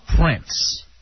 Prince